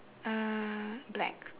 mm black